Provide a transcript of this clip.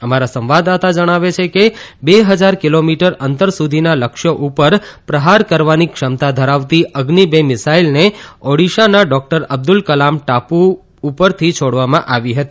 અમારા સંવાદદાતા જણાવે છે કે બે ફજાર કિલોમીટર અંતર સુધીના લક્ષ્યો ઉપર પ્રહાર કરવાની ક્ષમતા ધરાવતી અઝિ બે મિસાઇલને ઓડીશાના ડોક્ટર અબ્દુલ કલામ ટાપુઓ ઉપરથી છોડવામાં આવી હતી